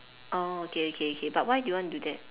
oh okay okay okay but why do you want to do that